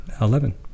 Eleven